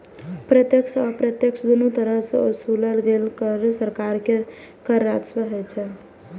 प्रत्यक्ष आ अप्रत्यक्ष, दुनू तरह सं ओसूलल गेल कर सरकार के कर राजस्व होइ छै